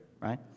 right